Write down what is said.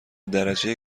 درجه